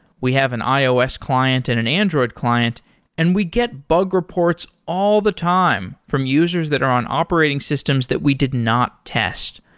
we have an ios client and an android client and we get bug reports all the time from users that are on operating systems that we did not test.